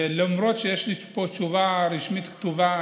ולמרות שיש לי פה תשובה רשמית כתובה,